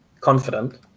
confident